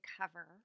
cover